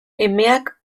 emeak